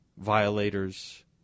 Violators